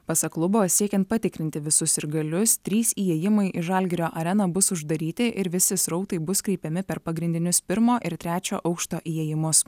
pasak klubo siekiant patikrinti visus sirgalius trys įėjimai į žalgirio areną bus uždaryti ir visi srautai bus kreipiami per pagrindinius pirmo ir trečio aukšto įėjimus